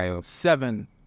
Seven